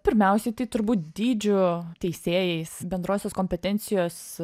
pirmiausiai tai turbūt dydžiu teisėjais bendrosios kompetencijos